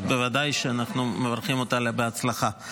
בוודאי שאנחנו מברכים אותה בהצלחה.